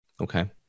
Okay